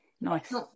nice